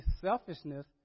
selfishness